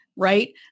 right